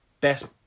Best